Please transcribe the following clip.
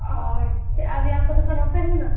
اور کیا ابھی آپ کا دکان اوپن ہے نا